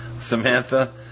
Samantha